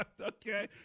okay